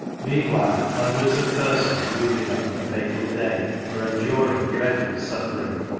meanwhile hundreds of persons wounded on that fatal day were enduring dreadful suffering.